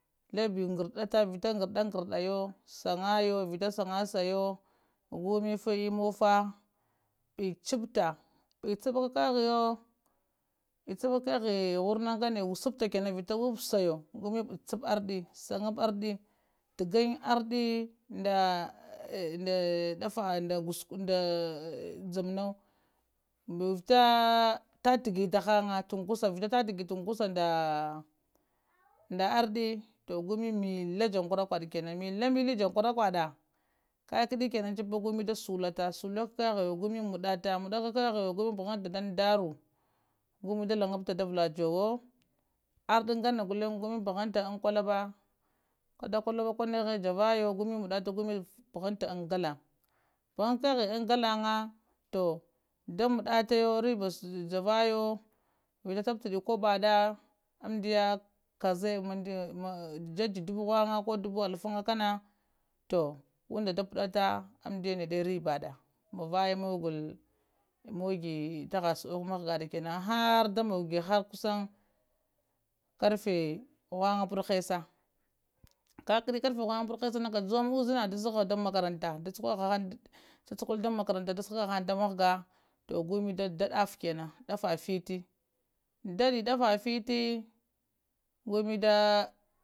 Labbi ngganɗatta vita ngardangarda yowo sangayowo vita samgasangi yowo gummi uffa emmimufa ɓiatta ɓicatt kakehiyowo ɓicattkakehi ta warana ngane wusatta kenan vita wapwusaryowo gummi ɓicapta arrddi sanga ariddi thangam ardd di nddal daffa jimmowo vita thatigi tahanga tunkunsa vita tatigi tunkunsa nda arddi gummi milla jankura kuwaɗa kenaan milla milli jankuara kuwada kakadi kenan da gunmi da sulata, sulabkehiyowo gummi maddata, madda kakacheyo gummi pahanta dan darau gummi da langapta da tabbaga juwo arddi nganede gullenge gummi ɗa pahonta dan kolaɓa kadda kollaba kwandehe javvayow gumm maddatta gummi pahantta an gallan pahankehi an gallanga toh da maddatayowo ribba javayowo vita tapti kobadda ammddiya kaza jaza dubu ghinga koh dubu alfanga kana toh unda da paddatta amddiya nde riɓɓa da muwaye tammogiu, moggi tahasudoko mah gadda knena har da moggi har kussang karfe ghunga ɓaɗɗ hessaha kakadi karfe ghunga ɓaɗɗ hessaha kajuwa uzenada sukuha an makaranta da sukuhang da mahga toh gummi da da'ah daffa fittihi kenan dadadi daffa fittihi gummi da